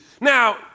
Now